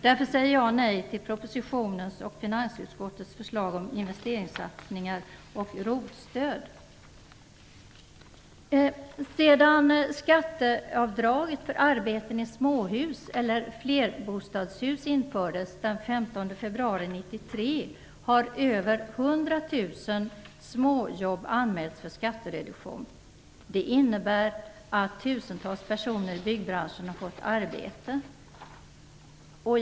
Därför säger jag nej till propositionens och finansutskottets förslag om investeringssatsningar och ROT-stöd. 100 000 småjobb anmälts för skattereduktion. Det innebär att tusentals personer i byggbranschen har fått arbete.